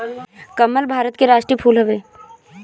कमल भारत के राष्ट्रीय फूल हवे